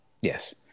Yes